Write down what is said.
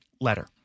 letter